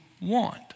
want